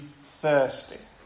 thirsty